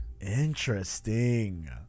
interesting